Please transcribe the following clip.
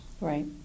Right